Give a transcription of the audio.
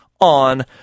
on